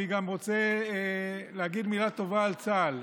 אני גם רוצה לומר מילה טובה על צה"ל.